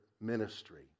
ministry